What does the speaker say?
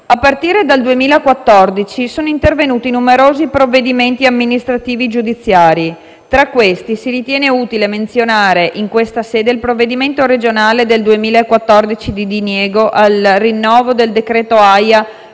A partire dal 2014 sono intervenuti numerosi provvedimenti amministrativi e giudiziari. Tra questi si ritiene utile menzionare in questa sede il provvedimento regionale del 2014 di diniego al rinnovo del decreto AIA